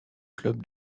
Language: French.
club